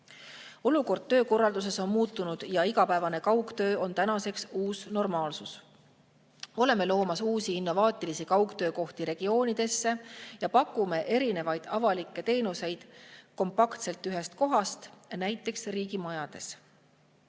Olukord töökorralduses on muutunud ja igapäevane kaugtöö on tänaseks uus normaalsus. Oleme loomas uusi innovaatilisi kaugtöökohti regioonidesse ja pakume erinevaid avalikke teenuseid kompaktselt ühes kohas, näiteks riigimajades.